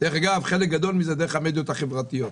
חלק גדול גם דרך המדיות החברתיות.